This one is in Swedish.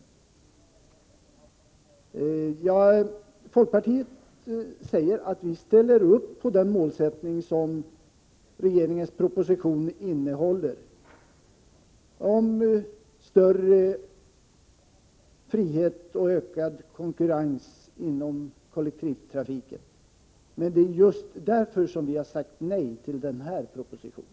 Vi i folkpartiet säger att vi ställer upp på den målsättning som regeringens proposition innebär i fråga om större frihet och ökad konkurrens inom kollektivtrafiken. Men det är just därför som vi har sagt nej till den här propositionen.